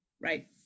Right